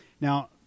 Now